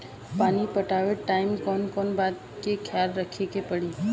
पानी पटावे टाइम कौन कौन बात के ख्याल रखे के पड़ी?